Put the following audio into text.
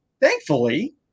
thankfully